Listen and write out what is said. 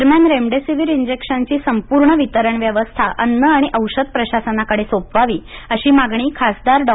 दरम्यान रेमेडिसिवीर इंजेक्शनची संपूर्ण वितरण व्यवस्था अन्न आणि औषध प्रशासनाकडे सोपवावी अशी मागणी खासदार डॉ